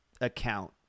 account